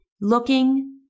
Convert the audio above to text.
looking